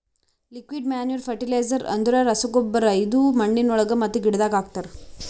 liquid manure fertiliser ಅಂದುರ್ ರಸಗೊಬ್ಬರ ಇದು ಮಣ್ಣಿನೊಳಗ ಮತ್ತ ಗಿಡದಾಗ್ ಹಾಕ್ತರ್